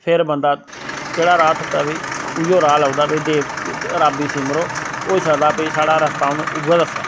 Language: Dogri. फिर बंदा केह्ड़ा राह तुप्पे भाई उयो राह लभदा भाई देवते रब्ब गी सिमरो होई सकदा भाई स्हाड़ा रस्ता हुन उऐ